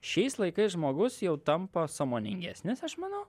šiais laikais žmogus jau tampa sąmoningesnis aš manau